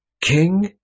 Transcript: king